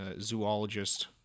zoologist